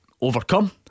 overcome